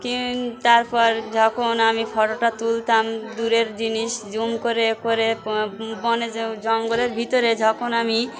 কিন্তু তারপর যখন আমি ফটোটা তুলতাম দূরের জিনিস জুম করে করে বনে জঙ্গলের ভিতরে যখন আমি